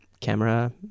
camera